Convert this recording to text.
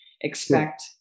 expect